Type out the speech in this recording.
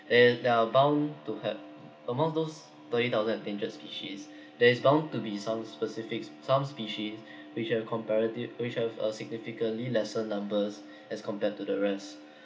there there are bound to have among those thirty thousand endangered species there is bound to be some specific some species which have comparative which have a significantly lesser numbers as compared to the rest